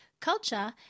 culture